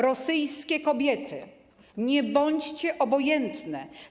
Rosyjskie kobiety, nie bądźcie obojętne.